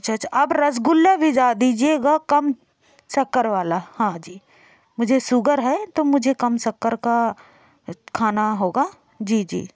अच्छा अच्छा आप रसगुल्ला भेजा दीजिएगा कम शक्कर वाला हाँ जी मुझे शुगर है तो मुझे कम शक्कर का खाना होगा जी जी